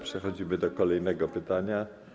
Przechodzimy do kolejnego pytania.